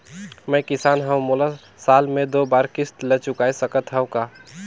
मैं किसान हव मोला साल मे दो बार किस्त ल चुकाय सकत हव का?